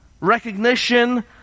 recognition